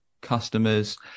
customers